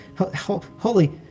Holy